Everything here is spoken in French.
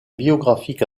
biographiques